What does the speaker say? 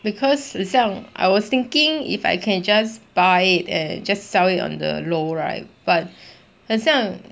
because 很像 I was thinking if I can just buy it and just sell it on the low right but 很像